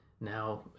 now